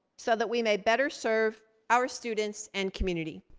so that we may better serve our students and community.